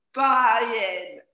buying